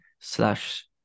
slash